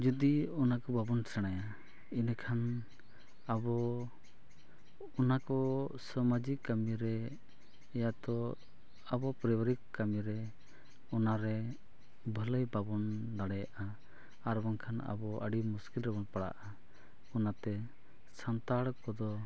ᱡᱩᱫᱤ ᱚᱱᱟ ᱠᱚ ᱵᱟᱵᱚᱱ ᱥᱮᱬᱟᱭᱟ ᱤᱱᱟᱹᱠᱷᱟᱱ ᱟᱵᱚ ᱚᱱᱟ ᱠᱚ ᱥᱟᱢᱟᱡᱤᱠ ᱠᱟᱹᱢᱤ ᱨᱮ ᱭᱟᱛᱚ ᱟᱵᱚ ᱯᱟᱨᱤᱵᱟᱨᱤᱠ ᱠᱟᱹᱢᱤ ᱨᱮ ᱚᱱᱟ ᱨᱮ ᱵᱷᱟᱹᱞᱟᱹᱭ ᱵᱟᱵᱚᱱ ᱫᱟᱲᱮᱭᱟᱜᱼᱟ ᱟᱨ ᱵᱟᱝᱠᱷᱟᱱ ᱟᱵᱚ ᱟᱹᱰᱤ ᱢᱩᱥᱠᱩᱤᱞ ᱨᱮᱵᱚᱱ ᱯᱟᱲᱟᱜᱼᱟ ᱚᱱᱟᱛᱮ ᱥᱟᱱᱛᱟᱲ ᱠᱚᱫᱚ